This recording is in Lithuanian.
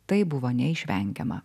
tai buvo neišvengiama